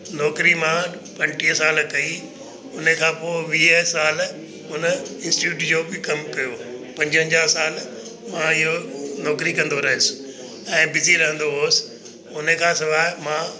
नौकरी मां पंटीह साल कई उन खां पोइ वीह साल उन इंस्टिट्यूट जो बि कमु कयो पंजवंजाहु साल मां इहो नौकरी कंदो रहियुसि ऐं बिज़ी रहंदो हुउसि उन खां सवाइ मां